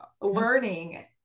learning